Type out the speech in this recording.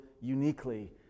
uniquely